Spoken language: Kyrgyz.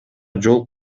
жол